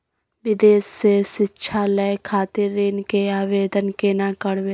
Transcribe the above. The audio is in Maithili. विदेश से शिक्षा लय खातिर ऋण के आवदेन केना करबे?